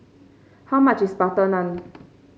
how much is butter naan